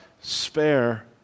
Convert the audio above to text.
spare